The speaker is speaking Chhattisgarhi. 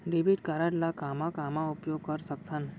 डेबिट कारड ला कामा कामा उपयोग कर सकथन?